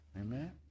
Amen